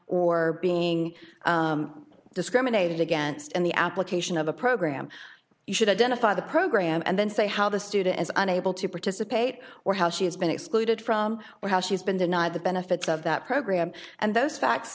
or being discriminated against in the application of the program you should identify the program and then say how the student as unable to participate or how she has been excluded from or how she's been denied the benefits of that program and those facts